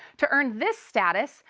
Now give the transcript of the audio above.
to earn this status,